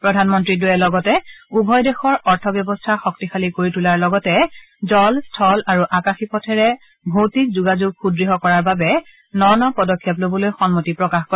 প্ৰধানমন্ত্ৰীদ্বয়ে লগতে উভয় দেশৰ অৰ্থ ব্যৱস্থা শক্তিশালী কৰি তোলাৰ লগতে জল স্থল আৰু আকাশী পথেৰে ভৌতিক যোগাযোগ সূদ্য় কৰাৰ বাবে ন ন পদক্ষেপ লবলৈ সন্মতি প্ৰকাশ কৰে